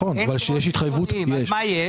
אין קירות חיצוניים, אז מה יש?